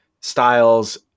styles